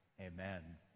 amen